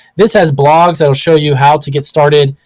this has blogs that'll show you how to get started.